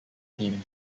team